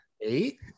Eight